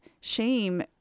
shame